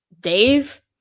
dave